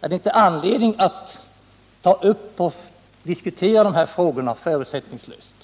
Är det inte anledning att ta upp dessa frågor och diskutera dem förutsättningslöst?